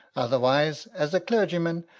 otherwise, as a clergyman,